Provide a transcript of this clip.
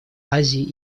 азии